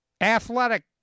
Athletic